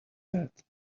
that